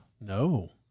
No